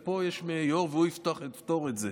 פה יש יו"ר, והוא יפתור את זה.